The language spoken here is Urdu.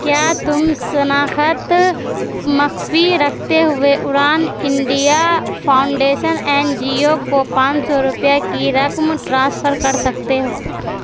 کیا تم شناخت مخفی رکھتے ہوئے Udaan India Foundation N G O کو پانچ سو روپئے کی رقم ٹرانسفر کر سکتے ہو